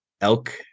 elk